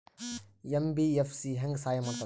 MBFC ಹೆಂಗ್ ಸಹಾಯ ಮಾಡ್ತದ?